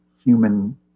human